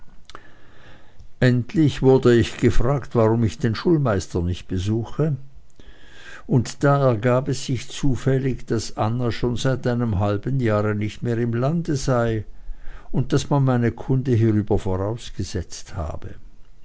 endlich wurde ich gefragt warum ich den schulmeister nicht besuche und da ergab es sich zufällig daß anna schon seit einem halben jahre nicht mehr im lande sei und daß man meine kunde hierüber vorausgesetzt habe